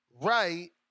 right